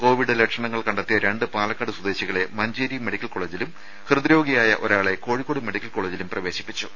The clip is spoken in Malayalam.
കോവിഡ് ലക്ഷണങ്ങൾ കണ്ടെത്തിയ രണ്ട് പാലക്കാട് സ്വദേശികളെ മഞ്ചേരി മെഡിക്കൽ കോളേജിലും ഹൃദ് രോഗിയായ ഒരാളെ കോഴിക്കോട് മെഡിക്കൽ കോളേജിലും പ്രവേശിപ്പിച്ചു